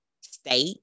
state